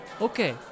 okay